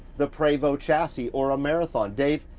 the prevost chassis, or a marathon. dave,